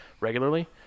regularly